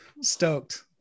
stoked